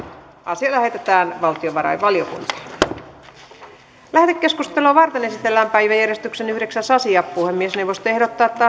asia lähetetään valtiovarainvaliokuntaan lähetekeskustelua varten esitellään päiväjärjestyksen yhdeksäs asia puhemiesneuvosto ehdottaa että